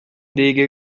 wege